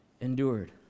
endured